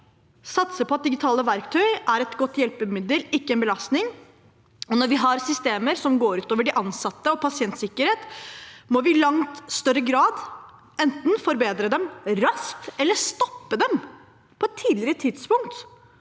satse på at digitale verktøy er et godt hjelpemiddel, ikke en belastning. Når vi har systemer som går ut over de ansatte og pasientsikkerheten, må vi i langt større grad enten forbedre dem raskt eller stoppe dem på et tidligere tidspunkt,